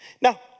Now